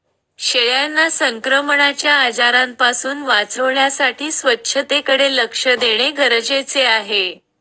शेळ्यांना संक्रमणाच्या आजारांपासून वाचवण्यासाठी स्वच्छतेकडे लक्ष देणे गरजेचे आहे